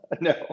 No